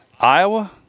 iowa